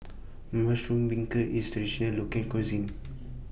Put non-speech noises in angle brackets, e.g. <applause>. Mushroom Beancurd IS Traditional Local Cuisine <noise> <noise>